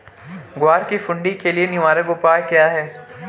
ग्वार की सुंडी के लिए निवारक उपाय क्या है?